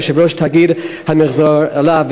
יושבת-ראש תאגיד המיחזור אל"ה,